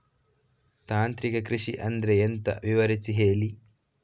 ತಾಂತ್ರಿಕ ಕೃಷಿ ಅಂದ್ರೆ ಎಂತ ವಿವರಿಸಿ ಹೇಳಿ